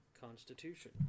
Constitution